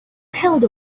held